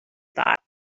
thought